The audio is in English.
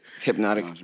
Hypnotic